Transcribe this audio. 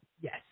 Yes